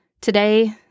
Today